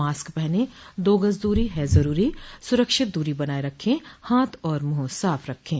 mask पहनें दो गज़ दूरी है ज़रूरी सुरक्षित दूरी बनाए रखें हाथ और मुंह साफ रखें